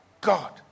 God